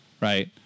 right